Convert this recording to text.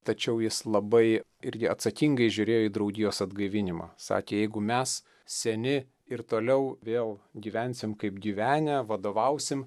tačiau jis labai irgi atsakingai žiūrėjo į draugijos atgaivinimą sakė jeigu mes seni ir toliau vėl gyvensim kaip gyvenę vadovausim